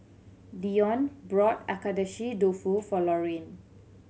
Dione brought Agedashi Dofu for Lorraine